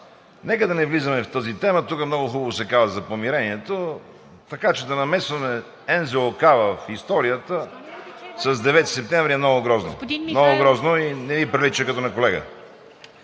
Нека да не влизаме в тази тема, тук много хубаво се каза за помирението. Така че да намесваме НЗОК в историята с 9 септември е много грозно и не Ви прилича като на колега.